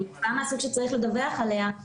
אם זו תופעה מהסוג שצריך לדווח עליה,